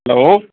hello